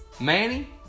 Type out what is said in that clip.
Manny